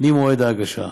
ממועד ההגשה.